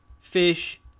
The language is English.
fish